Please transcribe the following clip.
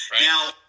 Now